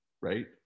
right